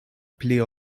pli